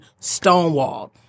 stonewalled